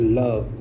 love